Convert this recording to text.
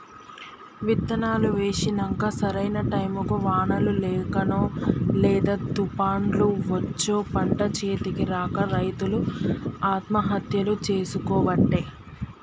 విత్తనాలు వేశినంక సరైన టైముకు వానలు లేకనో లేదా తుపాన్లు వచ్చో పంట చేతికి రాక రైతులు ఆత్మహత్యలు చేసికోబట్టే